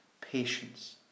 patience